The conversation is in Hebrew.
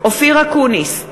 אופיר אקוניס,